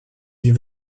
die